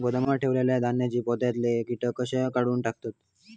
गोदामात ठेयलेल्या धान्यांच्या पोत्यातले कीटक कशे काढून टाकतत?